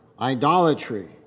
idolatry